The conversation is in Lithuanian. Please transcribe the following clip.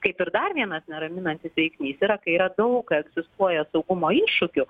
kaip ir dar vienas neraminantis veiksnys yra kai yra daug egzistuoja saugumo iššūkių